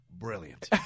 Brilliant